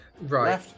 Right